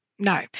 No